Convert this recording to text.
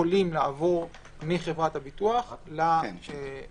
יכולים לעבור מחברת הביטוח לחייב.